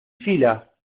fila